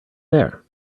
there